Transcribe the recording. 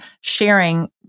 sharing